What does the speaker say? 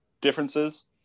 differences